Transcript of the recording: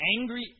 angry